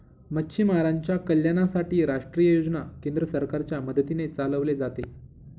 मच्छीमारांच्या कल्याणासाठी राष्ट्रीय योजना केंद्र सरकारच्या मदतीने चालवले जाते